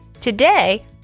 Today